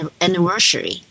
anniversary